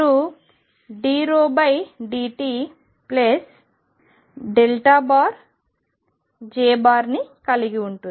మీరు dρdtj ని కలిగి ఉండాలి